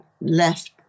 left